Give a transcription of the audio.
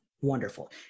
wonderful